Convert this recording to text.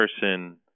person